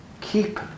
keep